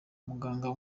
muganga